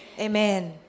Amen